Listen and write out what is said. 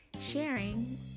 sharing